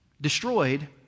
destroyed